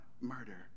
murder